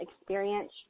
experience